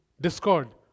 Discord